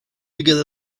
together